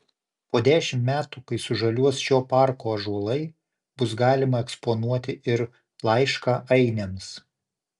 po dešimt metų kai sužaliuos šio parko ąžuolai bus galima eksponuoti ir laišką ainiams